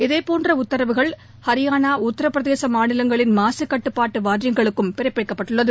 இதேபோன்ற உத்தரவுகள் ஹரியானா உத்தரப் பிரதேச மாநிலங்களின் மாசு கட்டுப்பாட்டு வாரியங்களுக்கும் பிறப்பிக்கப்பட்டுள்ளது